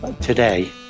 today